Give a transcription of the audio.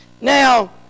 Now